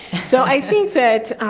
so i think that,